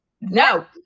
No